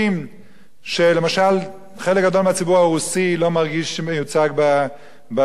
למשל חלק גדול מהציבור הרוסי לא מרגיש מיוצג בשידור הציבורי.